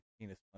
penis